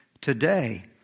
today